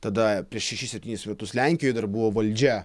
tada prieš šešis septynis metus lenkijoj dar buvo valdžia